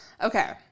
Okay